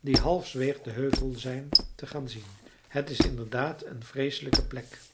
die halfweegs den heuvel zijn te gaan zien het is inderdaad een vreeselijke plek